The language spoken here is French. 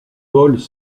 vols